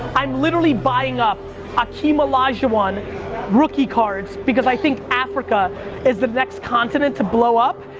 i'm literally buying up hakeem olajuwon rookie cards because i think africa is the next continent to blow up,